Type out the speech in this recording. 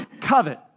covet